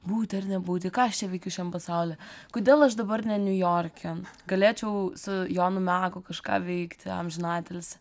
būti ar nebūti ką aš čia veikiu šiam pasauly kodėl aš dabar ne niujorke galėčiau su jonu meku kažką veikti amžiną atilsį